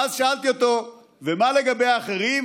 ואז שאלתי אותו: ומה על האחרים?